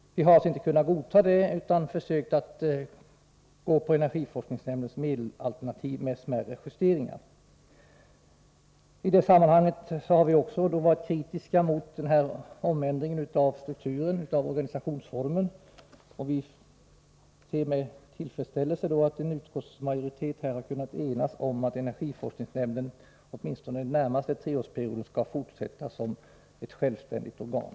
Vi har alltså inte kunnat godta regeringens förslag, utan har anslutit oss till energiforskningsnämndens medelsramsalternativ med smärre justeringar. I detta sammanhang har vi också varit kritiska mot ändringen av organisationsformens struktur, och vi ser med tillfredsställelse att en utskottsmajoritet har kunnat enas om att energiforskningsnämnden åtminstone under den närmaste treårsperioden skall fortsätta som ett självständigt organ.